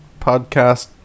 podcast